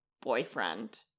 boyfriend